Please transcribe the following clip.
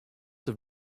have